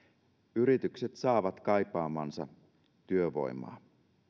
yritykset saavat kaipaamaansa työvoimaa